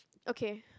okay